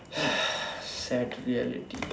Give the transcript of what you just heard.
sad reality